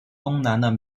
东南